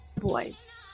Boys